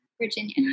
Virginia